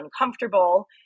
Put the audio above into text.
uncomfortable